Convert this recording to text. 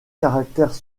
caractères